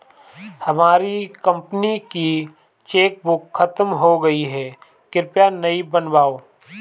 हमारी कंपनी की चेकबुक खत्म हो गई है, कृपया नई बनवाओ